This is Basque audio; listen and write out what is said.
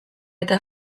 eta